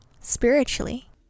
spiritually